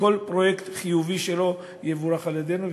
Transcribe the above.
וכל פרויקט חיובי שלו יבורך על-ידינו.